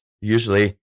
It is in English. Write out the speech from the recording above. usually